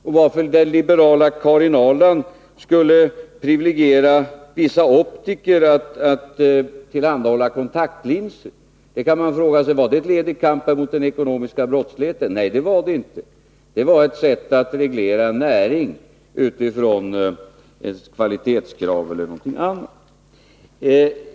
Man kan fråga sig om det var ett led i kampen mot den ekonomiska brottsligheten när den liberala Karin Ahrland privilegierade vissa optiker genom att låta enbart dem tillhandahålla kontaktlinser. Nej, det var det inte. Det var ett sätt att reglera en näring utifrån ett kvalitetskrav eller någonting annat.